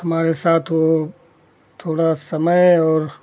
हमारे साथ वह थोड़ा समय और